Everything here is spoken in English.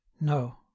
no